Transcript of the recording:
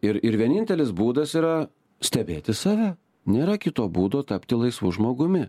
ir ir vienintelis būdas yra stebėti save nėra kito būdo tapti laisvu žmogumi